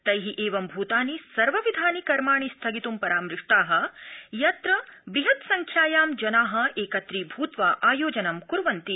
तै एवं भूतानि सर्वविधानि कर्माणि स्थगितुं परामृष्टा यत्र बृहत्संख्यायां जना एकत्रीभूत्वा आयोजनं क्र्वन्ति